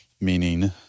meaning